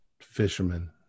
fisherman